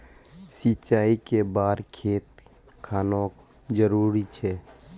सिंचाई कै बार खेत खानोक जरुरी छै?